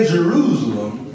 Jerusalem